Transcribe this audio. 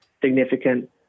significant